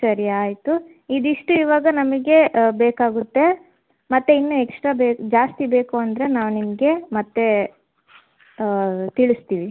ಸರಿ ಆಯಿತು ಇದಿಷ್ಟು ಇವಾಗ ನಮಗೆ ಬೇಕಾಗುತ್ತೆ ಮತ್ತೆ ಇನ್ನು ಎಕ್ಸ್ಟ್ರಾ ಬೇ ಜಾಸ್ತಿ ಬೇಕು ಅಂದರೆ ನಾವು ನಿಮಗೆ ಮತ್ತೆ ತಿಳಿಸ್ತೀವಿ